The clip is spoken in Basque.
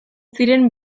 ziren